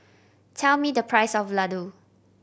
tell me the price of Ladoo